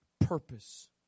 purpose